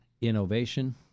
innovation